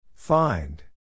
find